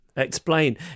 Explain